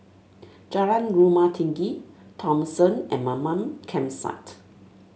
Jalan Rumah Tinggi Thomson and Mamam Campsite